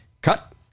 Cut